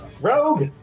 Rogue